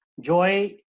Joy